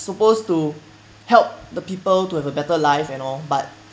supposed to help the people to have a better life and all but